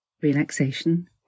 relaxation